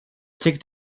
ticket